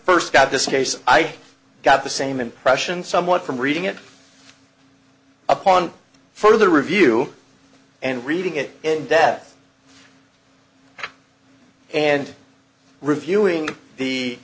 first got this case i got the same impression somewhat from reading it upon further review and reading it in depth and reviewing the